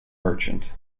merchant